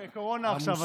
אתם עם קורונה עכשיו,